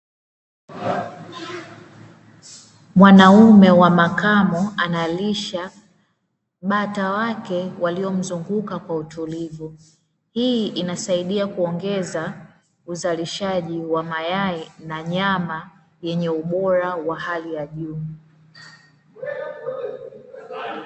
Mwanaume wa makamo analisha bata wake waliomzunguka kwa utulivu, hii inasaidia kuongeza uzalishaji wa mayai na nyama yenye ubora wa hali ya juu.